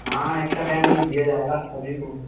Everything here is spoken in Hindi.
हाँ एक्स्ट्रा पेमेंट दिया जाएगा आप सभी को